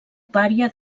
pària